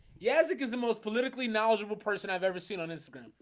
yes, ik is the most politically knowledgeable person i've ever seen on instagram.